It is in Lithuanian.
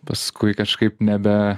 paskui kažkaip nebe